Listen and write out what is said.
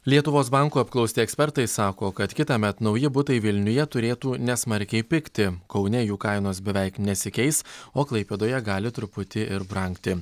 lietuvos banko apklausti ekspertai sako kad kitąmet nauji butai vilniuje turėtų nesmarkiai pigti kaune jų kainos beveik nesikeis o klaipėdoje gali truputį ir brangti